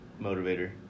motivator